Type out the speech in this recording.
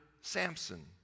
Samson